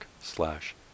slash